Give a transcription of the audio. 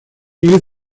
или